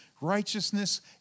righteousness